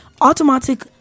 automatic